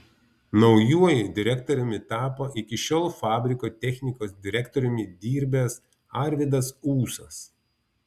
naujuoju direktoriumi tapo iki šiol fabriko technikos direktoriumi dirbęs arvydas ūsas